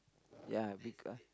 ya big ah